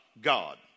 God